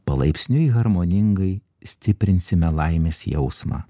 palaipsniui harmoningai stiprinsime laimės jausmą